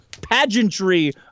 pageantry